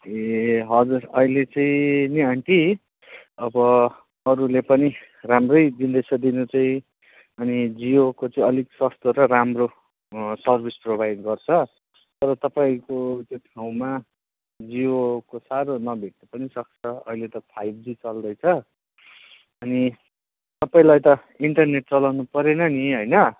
ए हजुर अहिले चाहिँ नि आन्टी अब अरूले पनि राम्रै दिँदैछ दिनु चाहिँ अनि जियोको चाहिँ अलिक सस्तो र राम्रो सर्भिस प्रोभाइड गर्छ तर तपाईँको त्यो ठाउँमा जियोको साह्रो नभेट्नु पनि सक्छ अहिले त फाइभ जी चल्दैछ अनि तपाईँलाई त इन्टरनेट चलाउनु परेन नि होइन